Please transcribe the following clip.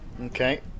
Okay